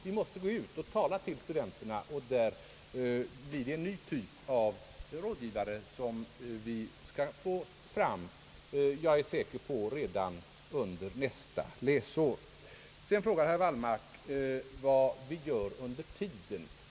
Vi måste gå ut och tala till studenterna, och därmed blir det en ny typ av rådgivare som vi skapar. Jag är säker på att systemet kan börja verka redan under nästa läsår. Sedan frågar herr Wallmark, vad vi gör under tiden.